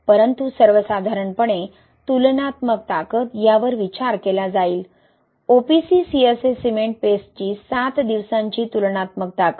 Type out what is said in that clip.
परंतु सर्वसाधारणपणे तुलनात्मक ताकद यावर विचार केला जाईल OPC CSA सिमेंट पेस्टची 7 दिवसांची तुलनात्मक ताकद